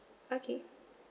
okay